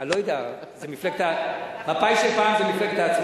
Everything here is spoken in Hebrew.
כל פשרה זה דבר טוב.